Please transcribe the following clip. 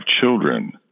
children